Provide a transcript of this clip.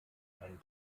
ein